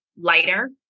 lighter